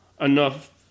enough